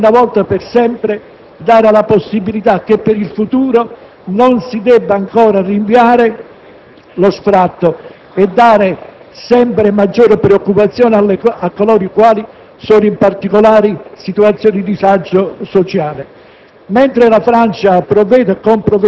Questo provvedimento deve, una volta per sempre, dare la possibilità che per il futuro non si debba ancora rinviare gli sfratti e dare sempre maggiore preoccupazione a quelli che si trovano in particolari situazioni di disagio sociale.